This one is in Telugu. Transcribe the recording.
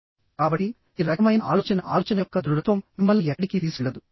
కాబట్టి ఈ రకమైన ఆలోచన ఆలోచన యొక్క దృఢత్వం మిమ్మల్ని ఎక్కడికీ తీసుకెళ్లదు